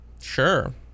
sure